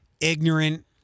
ignorant